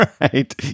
right